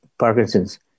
Parkinsons